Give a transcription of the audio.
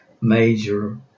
major